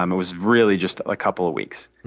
um it was really just a couple of weeks.